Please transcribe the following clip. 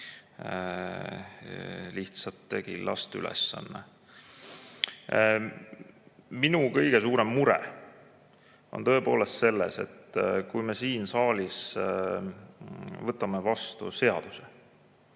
lihtsate killast ülesanne. Minu kõige suurem mure on tõepoolest selles, et kui me siin saalis võtame vastu seaduse,